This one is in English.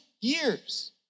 years